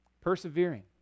persevering